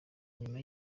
nyuma